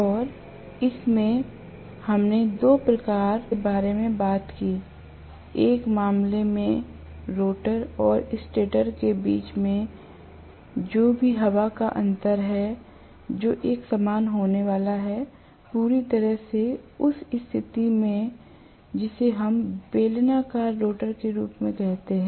और इस में हमने दो प्रकारों के बारे में बात की एक मामले में रोटर और स्टेटर के बीच जो भी हवा का अंतर है जो एक समान होने वाला है पूरी तरह से उस स्थिति में जिसे हम बेलनाकार रोटर के रूप में कहते हैं